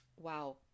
Wow